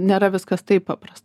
nėra viskas taip paprasta